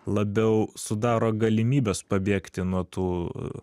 labiau sudaro galimybes pabėgti nuo tų